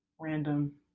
random